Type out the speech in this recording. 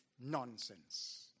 nonsense